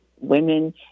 women